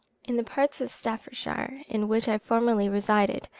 in the part of staffordshire in which i formerly resided,